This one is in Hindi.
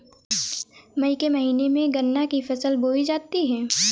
मई के महीने में गन्ना की फसल बोई जाती है